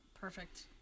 perfect